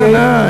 אוקיי.